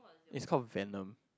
it's called Venom